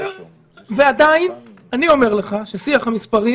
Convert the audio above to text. ועדיין אני אומר לך ששיח המספרים